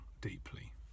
deeply